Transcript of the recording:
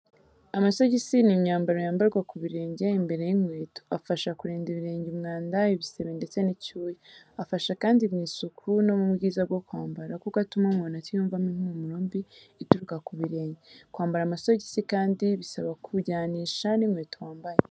Amasogisi ni imyambaro yambarwa ku birenge imbere y’inkweto, afasha kurinda ibirenge umwanda, ibisebe, ndetse n’icyuya. Afasha kandi mu isuku no mu bwiza bwo kwambara, kuko atuma umuntu atiyumvamo impumuro mbi ituruka ku birenge. Kwambara amasogisi kandi bisaba kujyanisha n’inkweto wambaye.